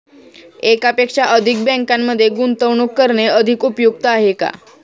एकापेक्षा अधिक बँकांमध्ये गुंतवणूक करणे अधिक उपयुक्त आहे का?